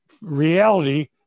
reality